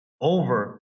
over